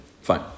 fine